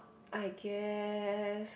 I guess